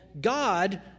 God